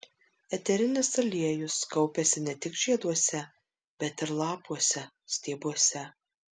eterinis aliejus kaupiasi ne tik žieduose bet ir lapuose stiebuose